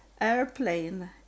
airplane